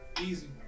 easy